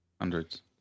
Hundreds